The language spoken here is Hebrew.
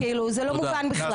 זה לא מובן בכלל.